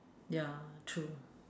ya true